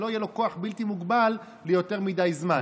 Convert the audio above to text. שלא יהיה לו כוח בלתי מוגבל ליותר מדי זמן.